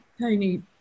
Tony